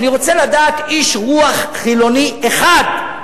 אני רוצה לדעת, איש רוח חילוני אחד,